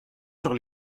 sur